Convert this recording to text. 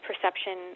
perception